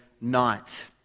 night